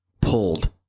Pulled